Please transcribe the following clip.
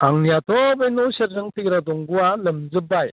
आंनियाथ' बे न' सेरजों फैग्रा दंगआ लोमजोबबाय